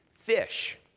fish